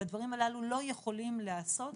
והדברים הללו לא יכולים להיעשות